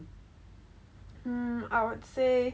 um I would say